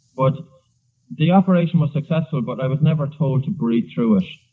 but the operation was successful, but i was never told to breathe through it.